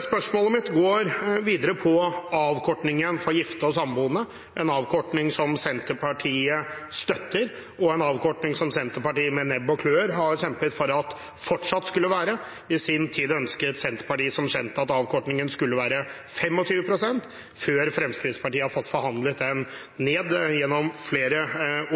Spørsmålet mitt går på avkortningen for gifte og samboende – en avkortning som Senterpartiet støtter, og en avkortning som Senterpartiet med nebb og klør har kjempet for at fortsatt skal være der. I sin tid ønsket Senterpartiet som kjent at avkortningen skulle være på 25 pst. Fremskrittspartiet har fått forhandlet den ned gjennom flere